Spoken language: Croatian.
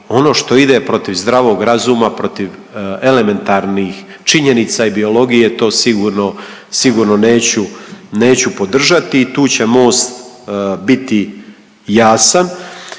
ono što ide protiv zdravog razuma, protiv elementarnih činjenica i biologije, to sigurno, sigurno neću, neću podržati i tu će Most biti jasan.